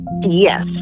Yes